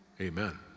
amen